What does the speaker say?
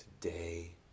Today